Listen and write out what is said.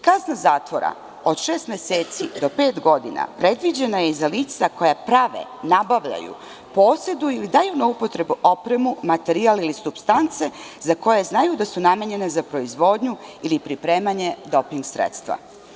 Kazna zatvora od šest meseci do pet godina predviđena je i za lica koja prave, nabavljaju, poseduju i daju na upotrebu opremu, materijal ili supstance za koje znaju da su namenjene za proizvodnju ili pripremanje doping sredstva.